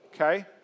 okay